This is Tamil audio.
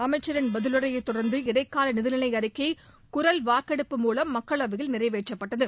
அமைச்சின் பதிலுரையை தொடர்ந்து இடைக்கால நிதிநிலை அறிக்கை குரல் வாக்கெடுப்பு மூலம் மக்களவையில் நிறைவேற்றப்பட்டது